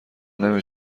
نمی